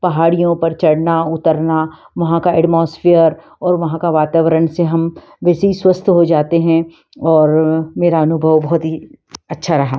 पहाड़ियों पर चढ़ना उतरना वहाँ का एटमोसफेयर और वहाँ का वातावरण से हम जैसे ही स्वस्थ हो जाते हैं और मेरा अनुभव बहुत ही अच्छा रहा